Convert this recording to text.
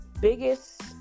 biggest